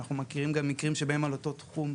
וגם על אותו התחום,